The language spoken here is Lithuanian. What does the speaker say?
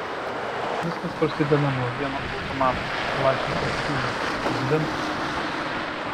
viskas prasideda nuo vieno automato kalašnikov šūvio zvimbt